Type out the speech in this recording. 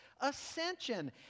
ascension